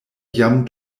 jam